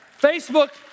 Facebook